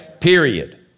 period